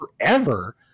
forever